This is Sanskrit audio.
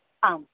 आम्